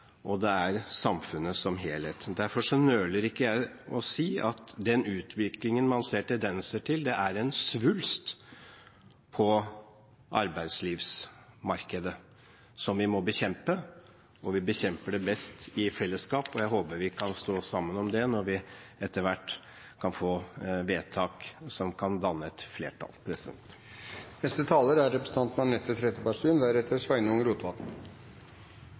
og det er samfunnet som helhet. Derfor nøler jeg ikke med å si at den utviklingen man ser tendenser til, er en svulst på arbeidslivsmarkedet, som vi må bekjempe, og vi bekjemper den best i fellesskap. Jeg håper vi kan stå sammen om det når vi etter hvert kan få vedtak dannet av et flertall. Til Syversen: Det er